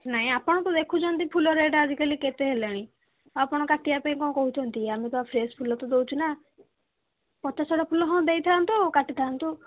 ନାହିଁ ଆପଣ ତ ଦେଖୁଛନ୍ତି ଫୁଲ ରେଟ୍ ଆଜିକାଲି କେତେ ହେଲାଣି ଆପଣ କାଟିବା ପାଇଁ କ'ଣ କହୁଛନ୍ତି ଆମେ ତ ଫ୍ରେଶ୍ ଫୁଲ ତ ଦେଉଛୁ ନା ପଚାସଢ଼ା ଫୁଲ ହଁ ଦେଇଥାନ୍ତୁ କାଟିଥାନ୍ତୁ